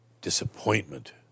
disappointment